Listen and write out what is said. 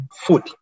food